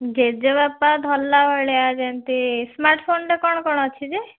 ଜେଜେବାପା ଧରିଲା ଭଳିଆ ଯେମିତି ସ୍ମାର୍ଟ୍ଫୋନ୍ରେ କ'ଣ କ'ଣ ଅଛି ଯେ